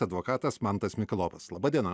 advokatas mantas mikalopas laba diena